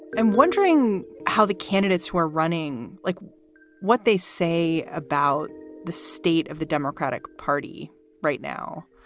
i'm wondering how the candidates who are running like what they say about the state of the democratic party right now,